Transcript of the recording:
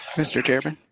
mr. chairman?